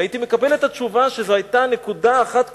והייתי מקבל את התשובה שזו היתה נקודה אחת כושלת,